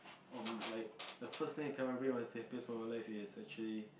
of like the first thing that came out of my brain of the happiest of my life is actually